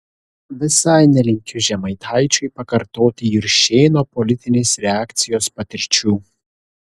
visai nelinkiu žemaitaičiui pakartoti juršėno politinės reakcijos patirčių